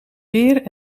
weer